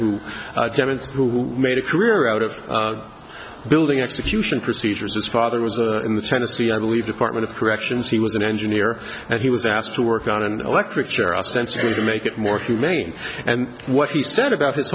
who made a career out of building execution procedures his father was in the tennessee i believe department of corrections he was an engineer and he was asked to work on an electric chair ostensibly to make it more humane and what he said about his